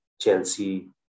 Chelsea